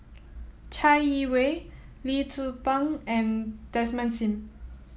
Chai Yee Wei Lee Tzu Pheng and Desmond Sim